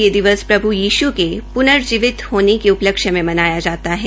यह दिवस प्रभ् यीष् के पूनजीवित होने के उपल्क्ष्य में मनाया जाता है